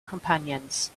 companions